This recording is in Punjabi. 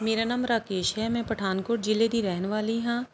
ਮੇਰਾ ਨਾਮ ਰਾਕੇਸ਼ ਹੈ ਮੈਂ ਪਠਾਨਕੋਟ ਜ਼ਿਲ੍ਹੇ ਦੀ ਰਹਿਣ ਵਾਲੀ ਹਾਂ